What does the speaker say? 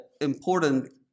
important